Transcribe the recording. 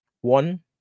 one